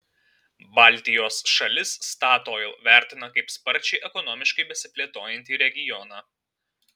baltijos šalis statoil vertina kaip sparčiai ekonomiškai besiplėtojantį regioną